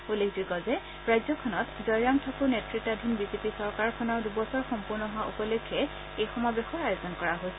উল্লেখযোগ্য যে ৰাজ্যখনত জয়ৰাম ঠাকুৰ নেত়তাধীন বিজেপি চৰকাৰখনৰ দুবছৰ সম্পূৰ্ণ হোৱা উপলক্ষে এই সমাবেশৰ আয়োজন কৰা হৈছিল